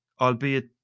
albeit